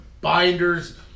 binders